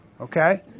Okay